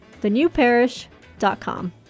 thenewparish.com